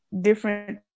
different